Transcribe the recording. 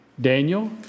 Daniel